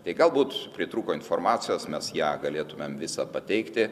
tai galbūt pritrūko informacijos mes ją galėtumėm visą pateikti